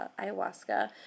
Ayahuasca